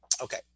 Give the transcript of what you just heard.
Okay